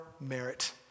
merit